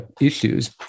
issues